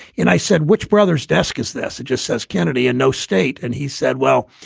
and i said, which brother's desk is this? it just says, kennedy and no state. and he said, well,